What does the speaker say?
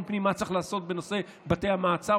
פנים על מה צריך לעשות בנושא בתי המעצר,